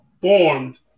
formed